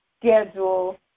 schedule